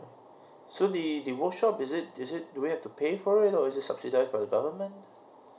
so the the workshop is it is it do we have to pay for it or it is subsidised by the government